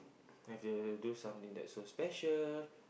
have to do something that's so special